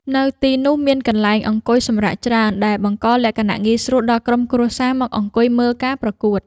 នៅទីនោះមានកន្លែងអង្គុយសម្រាកច្រើន ដែលបង្កលក្ខណៈងាយស្រួលដល់ក្រុមគ្រួសារមកអង្គុយមើលការប្រកួត។